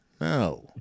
No